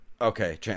Okay